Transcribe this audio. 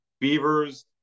Beavers